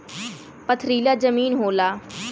पथरीला जमीन होला